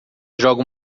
joga